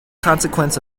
consequence